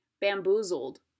Bamboozled